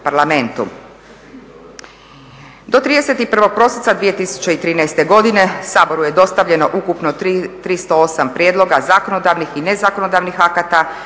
Do 31. prosinca 2013. godine Saboru je dostavljeno ukupno 308 prijedloga zakonodavnih i nezakonodavnih akata